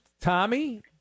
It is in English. Tommy